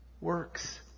works